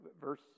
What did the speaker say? verse